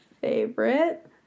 favorite